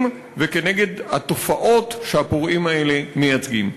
וכנגד התופעות שהפורעים האלה מייצגים?